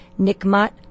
Nikmat